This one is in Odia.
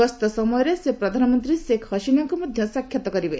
ଗସ୍ତ ସମୟରେ ସେ ପ୍ରଧାନମନ୍ତ୍ରୀ ଶେଖ୍ ହସିନାଙ୍କୁ ମଧ୍ୟ ସାକ୍ଷାତ କରିବେ